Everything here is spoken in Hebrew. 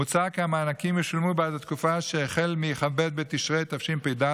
מוצע כי המענקים ישולמו בעד התקופה שהחלה בכ"ב בתשרי התשפ"ד,